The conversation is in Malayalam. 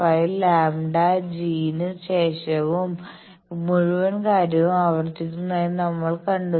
5 λg ന് ശേഷവും മുഴുവൻ കാര്യവും ആവർത്തിക്കുന്നതായി നമ്മൾ കണ്ടു